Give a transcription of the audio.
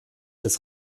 des